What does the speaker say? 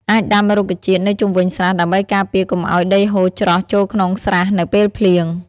អាចដាំរុក្ខជាតិនៅជុំវិញស្រះដើម្បីការពារកុំឲ្យដីហូរច្រោះចូលក្នុងស្រះនៅពេលភ្លៀង។